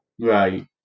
Right